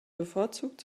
bevorzugt